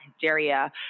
hysteria